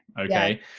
Okay